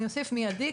אוסיף: טיפול מידי,